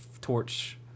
torch